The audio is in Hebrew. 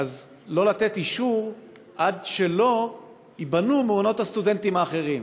לא לתת אישור עד שלא ייבנו מעונות הסטודנטים האחרים,